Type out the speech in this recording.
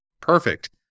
Perfect